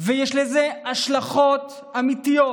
ויש לזה השלכות אמיתיות,